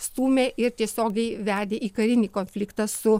stūmė ir tiesiogiai vedė į karinį konfliktą su